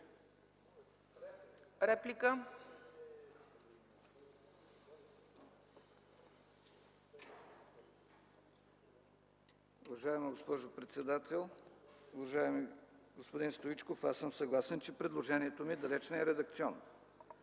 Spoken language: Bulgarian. (ДПС): Уважаема госпожо председател, уважаеми господин Стоичков! Аз съм съгласен, че предложението ми далеч не е редакционно.